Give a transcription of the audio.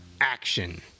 Action